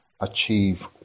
achieve